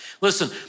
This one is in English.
Listen